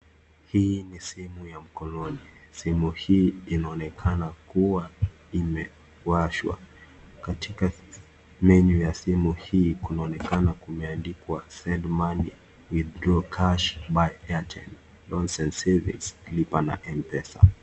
Hii ni simu ya mkononi. Simu hii inaonekana kuwa imewashwa. katika menu ya simu hii kunaonekana kumeandikwa send money , withdraw cash, buy airtime ,loans and saving, lipa na m-pesa .